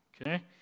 okay